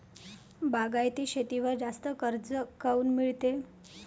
बागायती शेतीवर जास्त कर्ज काऊन मिळते?